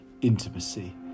intimacy